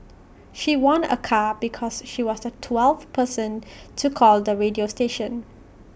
she won A car because she was the twelfth person to call the radio station